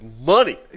money